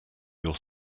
your